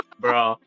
bro